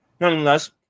nonetheless